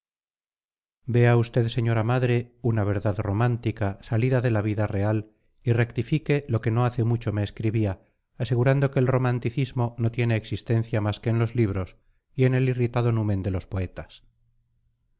vea usted señora madre una verdad romántica salida de la vida real y rectifique lo que no hace mucho me escribía asegurando que el romanticismo no tiene existencia mas que en los libros y en el irritado numen de los poetas